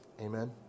Amen